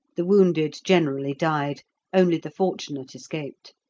the wounded generally died only the fortunate escaped.